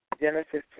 Genesis